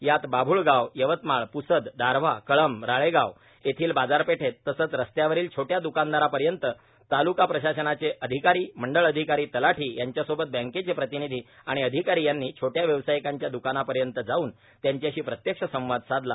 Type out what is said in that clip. यात बाभुळगाव यवतमाळ पुसद दारव्हा कळंब राळेगाव येथील बाजारपेठेत तसेच रस्त्यावरील छोट्या द्कानदारांपर्यंत तालुका प्रशासनाचे अधिकारी मंडळ अधिकारी तलाठी यांच्यासोबत बँकेचे प्रतिनिधी आणि अधिकारी यांनी छोटया व्यवसायकांच्या दकानापर्यंत जाऊन त्यांच्याशी प्रत्यक्ष संवाद साधला